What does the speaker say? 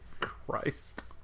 Christ